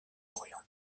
orient